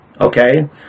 okay